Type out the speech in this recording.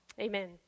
Amen